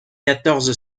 quatorze